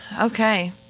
Okay